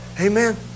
Amen